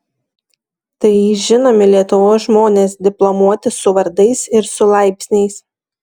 tai žinomi lietuvos žmonės diplomuoti su vardais ir su laipsniais